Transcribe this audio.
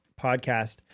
podcast